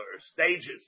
stages